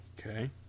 Okay